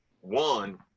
one